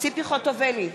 ציפי חוטובלי,